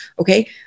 Okay